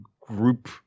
group